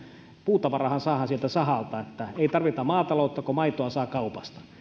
puutavarahan saadaan sieltä sahalta ei tarvita maataloutta kun maitoa saa kaupasta